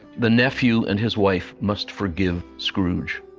the nephew and his wife must forgive scrooge.